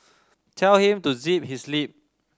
tell him to zip his lip